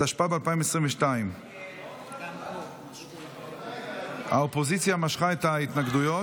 התשפ"ב 2022. האופוזיציה משכה את ההתנגדויות,